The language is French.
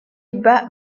bas